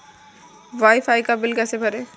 Wi fi का bill कैसे भरें?